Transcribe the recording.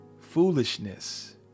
foolishness